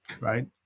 right